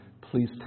Please